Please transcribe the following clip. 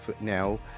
now